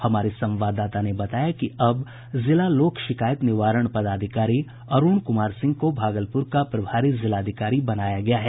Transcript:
हमारे संवाददाता ने बताया कि अब जिला लोक शिकायत निवारण पादाधिकारी अरूण कुमार सिंह को भागलपुर का प्रभारी जिलाधिकारी बनाया गया है